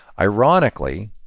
Ironically